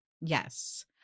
Yes